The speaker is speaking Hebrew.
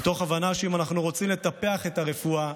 מתוך הבנה שאם אנחנו רוצים לטפח את הרפואה,